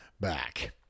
back